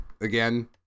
again